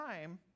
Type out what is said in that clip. time